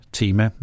tema